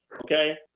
Okay